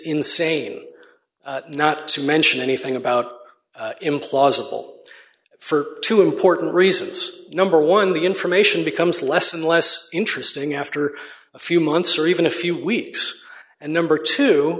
insane not to mention anything about implausible for two important reasons number one the information becomes less and less interesting after a few months or even a few weeks and number two